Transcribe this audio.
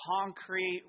concrete